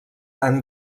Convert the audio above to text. han